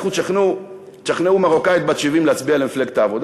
לכו תשכנעו מרוקאית בת 70 להצביע למפלגת העבודה.